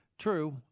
True